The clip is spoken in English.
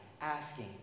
asking